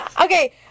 Okay